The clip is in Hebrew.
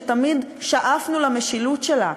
שתמיד שאפנו למשילות שלה,